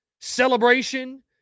celebration